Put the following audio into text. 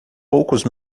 poucos